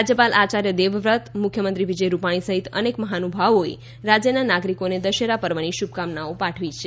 રાજ્યપાલ આચાર્ય દેવવ્રત મુખ્યમંત્રી વિજય રૂપાણી સહિત અનેક મહાનુભાવોએ રાજ્યના નાગરિકોને દશેરા પર્વની શુભકામના પાઠવી છે